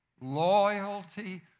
loyalty